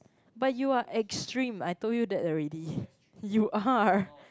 but you are extreme I told you that already you are